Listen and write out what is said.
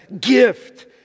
gift